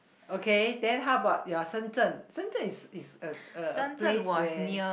okay then how about your Shenzhen Shenzhen is is a a a place where